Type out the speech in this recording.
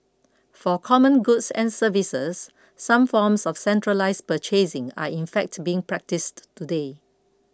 for common goods and services some forms of centralised purchasing are in fact being practised today